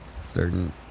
certain